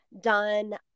Done